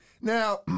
now